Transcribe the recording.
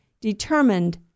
determined